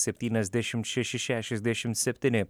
septyniasdešimt šeši šešiasdešimt septyni